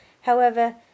However